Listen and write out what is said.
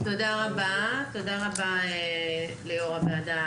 תודה רבה ליו"ר הוועדה,